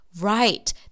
right